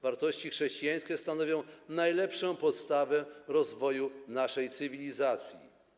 Wartości chrześcijańskie stanowią najlepszą podstawę rozwoju naszej cywilizacji.